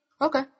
Okay